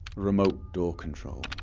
remote door control